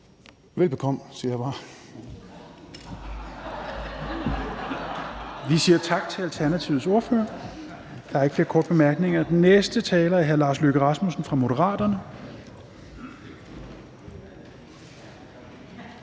Helveg Petersen) : Vi siger tak til Alternativets ordfører. Der er ikke flere korte bemærkninger. Den næste taler er hr. Lars Løkke Rasmussen fra Moderaterne. Kl.